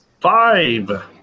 Five